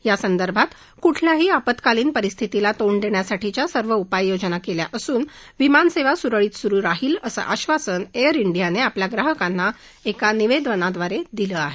यासंदर्भात कुठल्याही आपतकालीन परिस्थितीला तोंड देण्यासाठी सर्व उपाययोजना केल्या असून विमान सेवा सुरळीत सुरु राहील असं आश्वासन एअर डियाने आपल्या ग्राहकांना एका निवेदनाद्वारे दिलं आहे